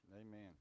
Amen